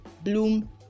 bloom